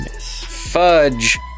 Fudge